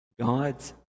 God's